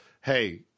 Hey